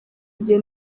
igihe